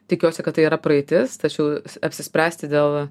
tikiuosi kad tai yra praeitis tačiau apsispręsti dėl